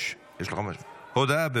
הודעה.